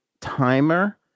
timer